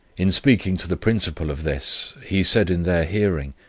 in speaking to the principal of this, he said in their hearing,